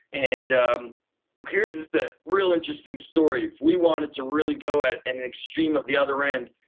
and um here's the real interesting story if we wanted to really go at an extreme of the other end.